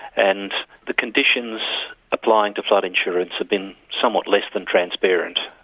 and the conditions applying to flood insurance have been somewhat less than transparent,